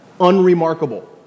unremarkable